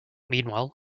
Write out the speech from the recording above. meanwhile